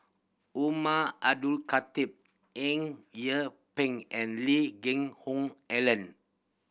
Umar Abdullah Khatib Eng Yee Peng and Lee Geck Hoon Ellen